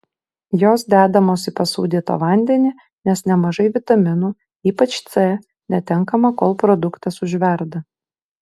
jos dedamos į pasūdytą vandenį nes nemažai vitaminų ypač c netenkama kol produktas užverda